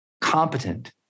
competent